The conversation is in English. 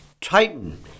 titan